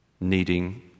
needing